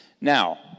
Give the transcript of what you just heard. Now